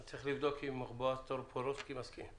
אני צריך לבדוק אם בועז טופורובסקי מסכים.